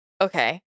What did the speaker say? okay